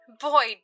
Boy